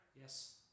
Yes